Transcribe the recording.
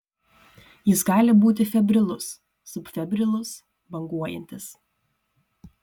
jis gali būti febrilus subfebrilus banguojantis